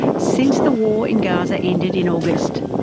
since the war in gaza ended in august,